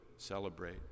Celebrate